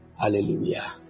hallelujah